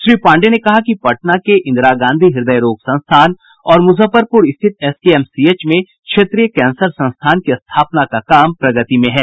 श्री पांडेय ने कहा कि पटना के इंदिरा गांधी हृदय रोग संस्थान और मुजफ्फरपुर स्थित एसकेएमसीएच में क्षेत्रीय कैंसर संस्थान की स्थापना का काम प्रगति में है